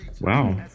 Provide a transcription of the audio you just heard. Wow